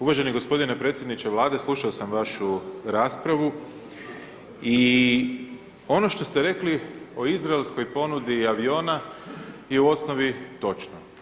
Uvaženi gospodine predsjedniče Vlade, slušao sam vašu raspravu i ono što ste rekli o izraelskoj ponudi aviona je u osnovi točno.